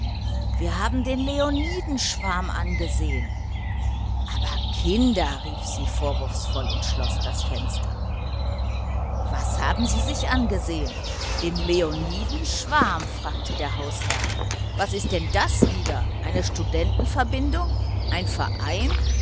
wir haben den leonidenschwarm angesehen aber kinder rief sie vorwurfsvoll und schloß das fenster was haben sie angesehen den leonidenschwarm fragte der hausherr was ist denn das wieder eine studentenverbindung ein verein